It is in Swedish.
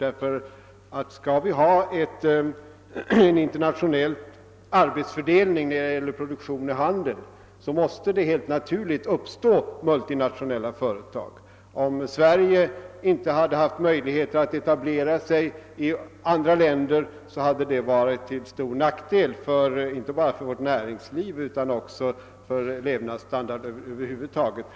Om vi skall ha en internationell arbetsfördelning inom produktion och handel, måste det nämligen uppstå multinationella företag. Om Sverige inte hade haft möjlighet att etablera företag i andra länder, skulle det ha varit till stor nackdel inte bara för vårt näringsliv utan över huvud taget för levnadsstandarden i landet.